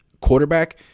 quarterback